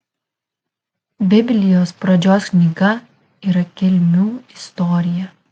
biblijos pradžios knyga yra kilmių istorija